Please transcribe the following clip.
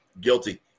Guilty